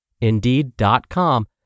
Indeed.com